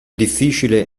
difficile